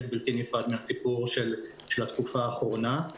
בלתי נפרד מהסיפור של התקופה האחרונה.